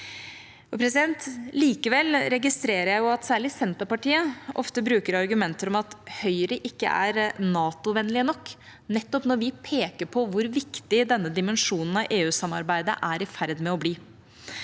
Likevel registrerer jeg at særlig Senterpartiet ofte bruker argumenter om at Høyre ikke er NATO-vennlige nok, nettopp når vi peker på hvor viktig denne dimensjonen av EU-samarbeidet er i ferd med å bli.